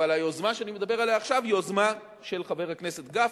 אבל היוזמה שאני מדבר עליה עכשיו היא יוזמה של חבר הכנסת גפני.